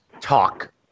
talk